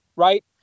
Right